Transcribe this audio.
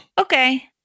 Okay